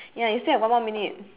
ya you still have one more minute